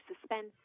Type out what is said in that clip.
suspense